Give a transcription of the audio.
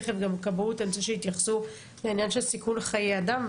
תכף גם כבאות אני רוצה שיתייחסו לעניין של סיכון חיי אדם,